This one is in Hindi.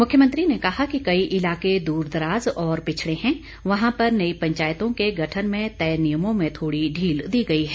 मुख्यमंत्री ने कहा कि कई इलाके दूरदराज और पिछड़े हैं वहां पर नई पंचायतों के गठन में तय नियमों में थोड़ी ढील दी गई है